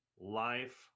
life